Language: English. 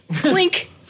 Blink